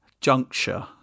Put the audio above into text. juncture